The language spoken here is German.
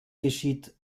geschieht